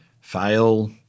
fail